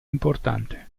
importante